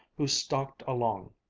who stalked along,